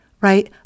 right